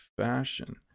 fashion